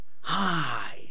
Hi